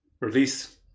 release